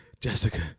jessica